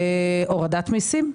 הורדת מיסים.